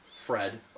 Fred